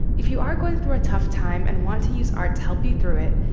if you are going through a tough time and want to use art to help you through it,